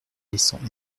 laissant